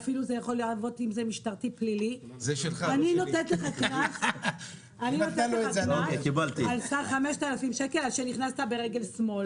אני נותנת לך קנס על סך 5,000 שקל על שנכנסת ברגל שמאל...